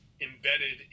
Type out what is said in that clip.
embedded